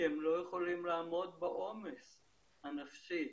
כי הם לא יכולים לעמוד בעומס הנפשי.